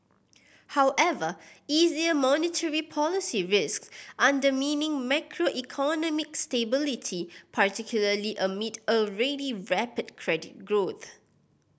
however easier monetary policy risks undermining macroeconomic stability particularly amid already rapid credit growth